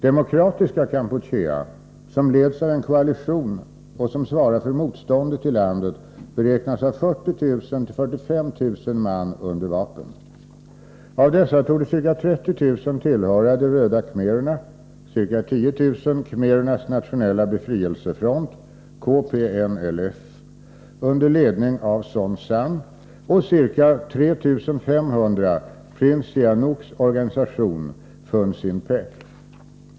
Demokratiska Kampuchea, som leds av en koalition och som svarar för motståndet i landet, beräknas ha 40 000-45 000 man under vapen. Av dessa torde ca 30 000 tillhöra de röda khmererna, ca 10 000 khmerernas nationella befrielsefront under ledning av Son Sann och ca 3 500 prins Sihanouks organisation Funcinpec.